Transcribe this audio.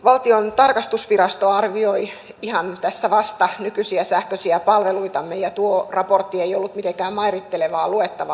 valtion tarkastusvirasto arvioi ihan tässä vasta nykyisiä sähköisiä palveluitamme ja tuo raportti ei ollut mitenkään mairittelevaa luettavaa